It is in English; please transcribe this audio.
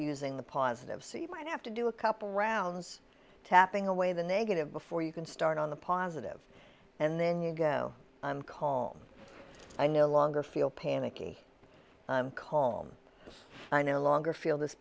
using the positive so you might have to do a couple rounds tapping away the negative before you can start on the positive and then you go home i no longer feel panicky calm i no longer feel this